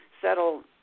settle